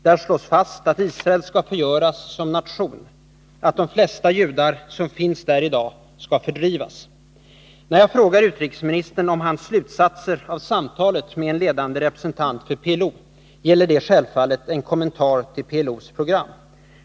Där slås fast att Israel skall förgöras som nation och de flesta av de judar som finns där i dag skall fördrivas. När jag frågar utrikesministern om hans slutsatser av samtalet med en ledande representant för PLO vill jag självfallet ha en kommentar till PLO:s program.